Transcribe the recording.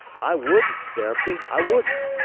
i wouldn't, sarepty, i wouldn't.